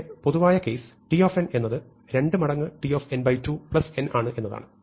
ഇവിടെ പൊതുവായ case t എന്നത് 2 മടങ്ങ് tn2 n ആണ് എന്നതാണ്